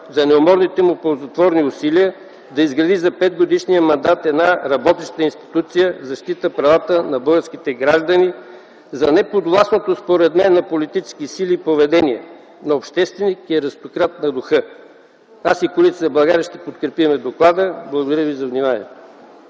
за неуморните му и ползотворни усилия да изгради за петгодишния мандат една работеща институция за защита на правата на българските граждани, за неподвластното според мен на политически сили поведение, на общественик и аристократ на духа. Аз и Коалиция за България ще подкрепим доклада. Благодаря.